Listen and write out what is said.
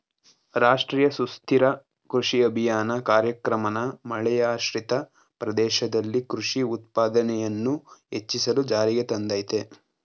ರಾಷ್ಟ್ರೀಯ ಸುಸ್ಥಿರ ಕೃಷಿ ಅಭಿಯಾನ ಕಾರ್ಯಕ್ರಮನ ಮಳೆಯಾಶ್ರಿತ ಪ್ರದೇಶದಲ್ಲಿ ಕೃಷಿ ಉತ್ಪಾದನೆಯನ್ನು ಹೆಚ್ಚಿಸಲು ಜಾರಿಗೆ ತಂದಯ್ತೆ